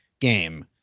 game